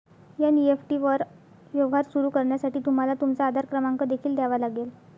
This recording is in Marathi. एन.ई.एफ.टी वर व्यवहार सुरू करण्यासाठी तुम्हाला तुमचा आधार क्रमांक देखील द्यावा लागेल